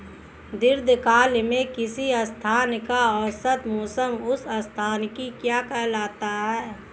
दीर्घकाल में किसी स्थान का औसत मौसम उस स्थान की क्या कहलाता है?